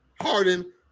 Harden